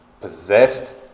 possessed